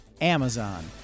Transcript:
Amazon